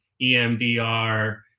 EMDR